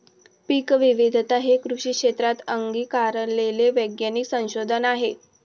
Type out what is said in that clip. पीकविविधता हे कृषी क्षेत्रात अंगीकारलेले वैज्ञानिक संशोधन आहे